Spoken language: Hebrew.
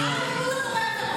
הוא תומך טרור.